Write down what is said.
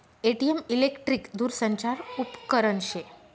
ATM electric दूरसंचार उपकरन शे